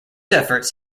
efforts